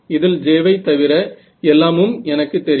இதில் J ஐ தவிர எல்லாமும் எனக்கு தெரியும்